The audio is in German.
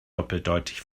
doppeldeutig